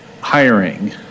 hiring